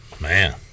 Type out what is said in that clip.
Man